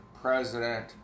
president